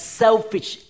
selfish